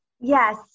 Yes